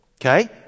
Okay